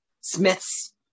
smiths